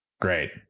great